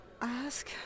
ask